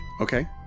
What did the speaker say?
Okay